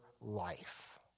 life